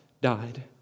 died